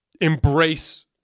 embrace